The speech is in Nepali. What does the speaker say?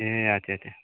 ए आच्छा छा